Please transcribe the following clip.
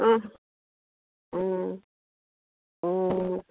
অঁ অঁ অঁ